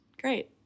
great